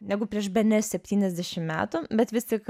negu prieš bene septyniasdešimt metų bet vis tik